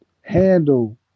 handle